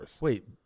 Wait